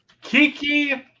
kiki